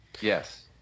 Yes